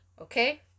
Okay